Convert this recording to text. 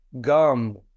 Gum